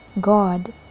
God